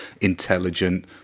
intelligent